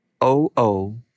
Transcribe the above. O-O